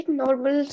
normal